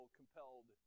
compelled